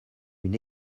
une